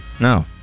No